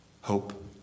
Hope